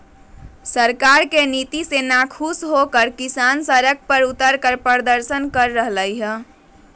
सरकार के नीति से नाखुश होकर किसान सड़क पर उतरकर प्रदर्शन कर रहले है